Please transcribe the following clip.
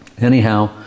Anyhow